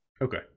okay